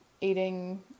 eating